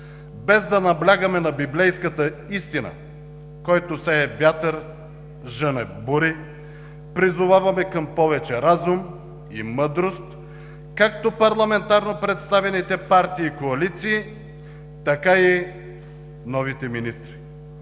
Без да наблягаме на библейската истина „Който сее вятър, жъне бури“, призоваваме към повече разум и мъдрост както парламентарно представените партии и коалиции, така и новите министри.